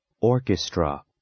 Orchestra